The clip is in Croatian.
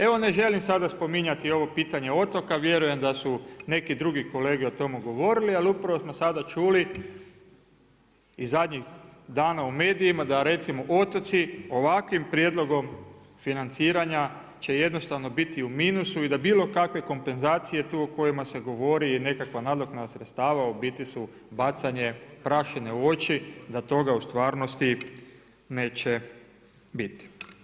Evo ne želim sada spominjati ovo pitanje otoka, vjerujem da su neki drugi kolege o tomu govorili, ali upravo smo sada čuli i zadnjih dana u medijima da recimo otoci ovakvim prijedlogom financiranja će jednostavno biti u minusu i da bilo kakve kompenzacije tu o kojima se govori i nekakva nadoknada sredstava u biti su bacanje prašine u oči i da toga u stvarnosti neće biti.